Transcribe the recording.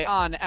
on